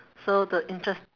so the interest~